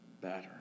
better